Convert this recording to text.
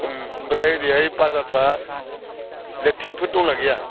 ओमफ्राय ओरैहाय बाजारफ्रा लेथ्रिनफोर दं ना गैया